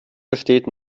besteht